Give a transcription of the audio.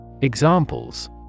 Examples